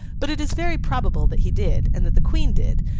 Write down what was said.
but it is very probable that he did, and that the queen did,